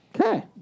Okay